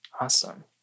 Awesome